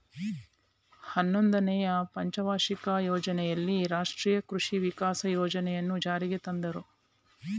ಹನ್ನೊಂದನೆನೇ ಪಂಚವಾರ್ಷಿಕ ಯೋಜನೆಯಲ್ಲಿ ರಾಷ್ಟ್ರೀಯ ಕೃಷಿ ವಿಕಾಸ ಯೋಜನೆಯನ್ನು ಜಾರಿಗೆ ತಂದರು